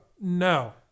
No